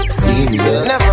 serious